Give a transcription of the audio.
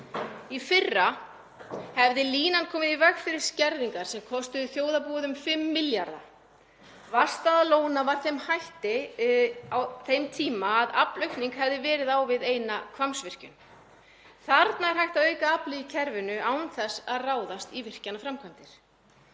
Í fyrra hefði línan komið í veg fyrir skerðingar sem kostuðu þjóðarbúið um 5 milljarða. Vatnsstaða lóna var með þeim hætti á þeim tíma að aflaukning hefði verið á við eina Hvammsvirkjun. Þarna er hægt að auka aflið í kerfinu án þess að ráðast í virkjunarframkvæmdir.